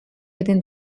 within